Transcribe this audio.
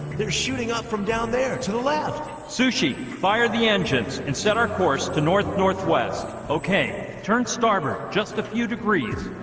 they're shooting up from down there to the left sue she fired the engines and set our course to north-northwest okay, turn starboard just a few degrees